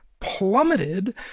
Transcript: plummeted